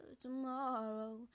tomorrow